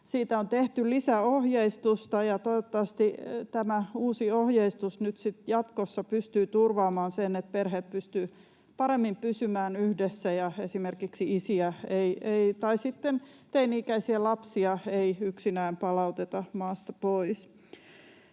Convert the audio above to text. Siitä on tehty lisäohjeistusta, ja toivottavasti tämä uusi ohjeistus nyt sitten jatkossa pystyy turvaamaan sen, että perheet pystyvät paremmin pysymään yhdessä ja esimerkiksi isiä tai sitten teini-ikäisiä lapsia ei yksinään palauteta maasta pois.